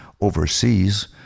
overseas